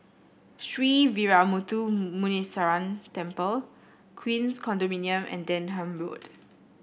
Sree Veeramuthu Muneeswaran Temple Queens Condominium and Denham Road